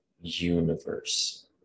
universe